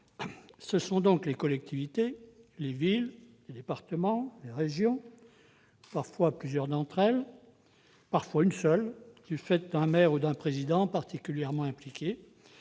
Ce sont donc les collectivités territoriales- les villes, les départements, les régions -, parfois plusieurs d'entre elles, parfois une seule, car un maire ou un président est particulièrement impliqué,